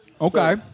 Okay